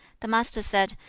the master said,